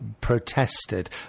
protested